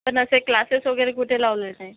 पण असे क्लासेस वगैरे कुठे लावले नाही